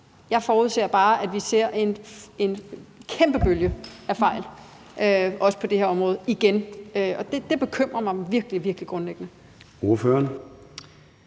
så forudser jeg bare, at vi ser en kæmpe bølge af fejl, også på det her område, igen. Det bekymrer mig virkelig, virkelig grundlæggende. Kl.